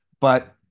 but-